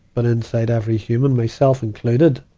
but inside every human, myself included,